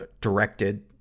directed